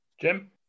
Jim